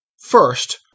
First